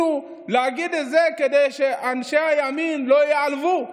להגיד את זה כדי שאנשי הימין לא ייעלבו.